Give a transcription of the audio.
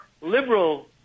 liberal